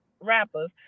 rappers